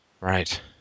right